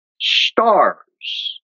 stars